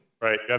Right